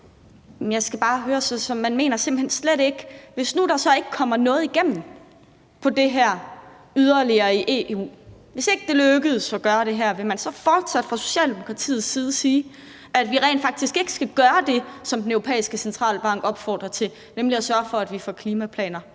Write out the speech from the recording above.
jeg bare høre: Hvis nu der så ikke yderligere kommer noget igennem i EU på det her område og det ikke lykkes at gøre det her, vil man så fortsat fra Socialdemokratiets side sige, at vi rent faktisk ikke skal gøre det, som Den Europæiske Centralbank opfordrer til, nemlig at sørge for, at vi får klimaplaner